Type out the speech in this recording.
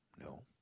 No